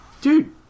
Dude